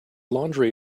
laundry